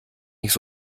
nicht